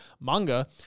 manga